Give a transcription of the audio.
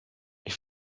ich